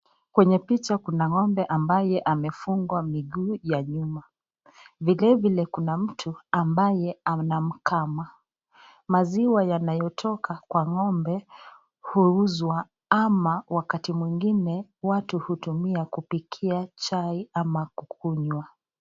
Kwenye picha kuna ng'ombe ambae amefungwa miguu ya nyuma. Vile vile kuna mtu ambaye anamkama, maziwa yanayotoka kwa ng'ombe huuzwa ama wakati mwengine watu hutumia kupikia chai ama kukunywa.